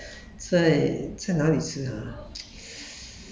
burger ah 那个 burger actually 很小个 leh